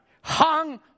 hung